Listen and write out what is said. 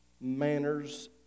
manners